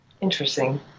interesting